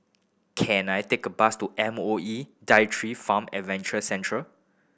can I take a bus to M O E Daitri Farm Adventure Centre